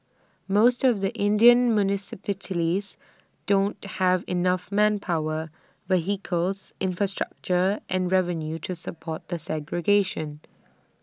most of the Indian municipalities don't have enough manpower vehicles infrastructure and revenue to support the segregation